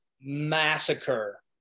massacre